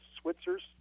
Switzer's